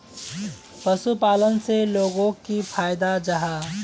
पशुपालन से लोगोक की फायदा जाहा?